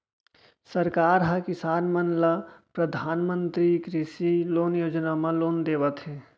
सरकार ह किसान मन ल परधानमंतरी कृषि लोन योजना म लोन देवत हे